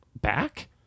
Back